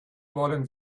wollen